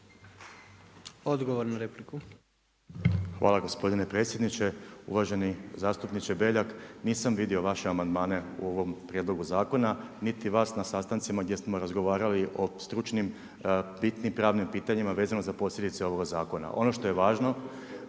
Odgovor na repliku.